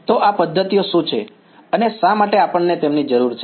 તો આ પદ્ધતિઓ શું છે અને શા માટે આપણને તેમની જરૂર છે